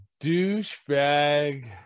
Douchebag